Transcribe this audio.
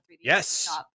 Yes